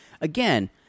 again